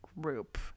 group